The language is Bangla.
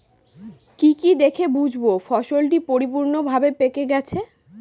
কি কি দেখে বুঝব ফসলটি পরিপূর্ণভাবে পেকে গেছে?